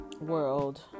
world